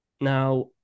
Now